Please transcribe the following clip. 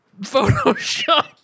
Photoshop